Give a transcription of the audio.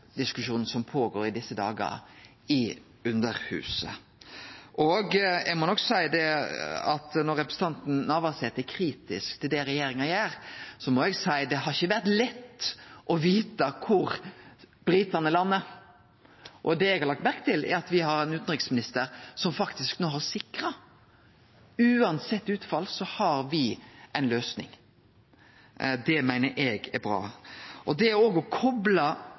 som går føre seg i desse dagar i Underhuset. Når representanten Navarsete er kritisk til det regjeringa gjer, må eg seie: Det har ikkje vore lett å vite kor britane landar. Det eg har lagt merke til, er at me har ein utanriksminister som faktisk no har sikra at me har ei løysing – uansett utfall. Det meiner eg er bra. Og det å kople den diskusjonen som er